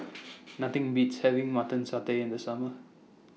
Nothing Beats having Mutton Satay in The Summer